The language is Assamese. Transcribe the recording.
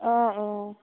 অঁ অঁ